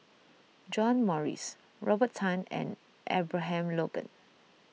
John Morrice Robert Tan and Abraham Logan